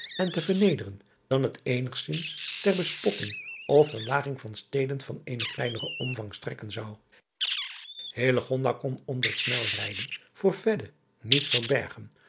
en te vernederen dan het eenigzins ter bespotting of verlaging van steden van eenen kleineren omvang strekken zou kon onder het snel rijden voor niet verbergen